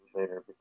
later